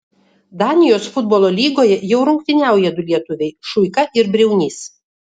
danijos futbolo lygoje jau rungtyniauja du lietuviai šuika ir briaunys